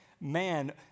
man